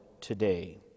today